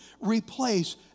replace